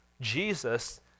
Jesus